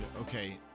okay